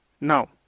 Now